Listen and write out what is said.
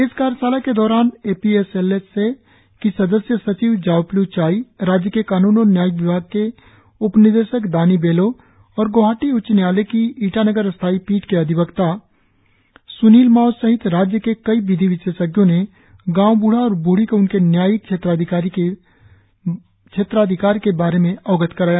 इस कार्यशाला के दौरान A P S L S A की सदस्य सचिव जावेप्लू चाई राज्य के कानून और न्यायिक विभाग के उपनिदेशक दानी बेलो और गौहाटी उच्च न्यायालय की ईटानगर स्थायी पीठ के अभिवक्ता स्निल माव सहित राज्य के कई विधि विशेषज्ञों ने गांव बूढ़ा और बूढ़ी को उनके न्यायिक क्षेत्राधिकार के बारे में अवगत कराया